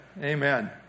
Amen